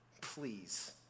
Please